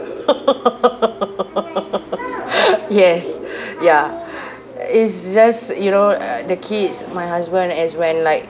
yes ya is just you know the kids my husband as when like